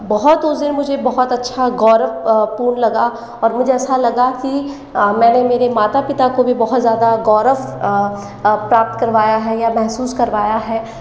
बहुत उस दिन मुझे बहुत अच्छा गौरव पूर्ण लगा और मुझे ऐसा लगा कि मैंने मेरे माता पिता को भी बहुत ज़ादा गौरव प्राप्त करवाया है या महसूस करवाया है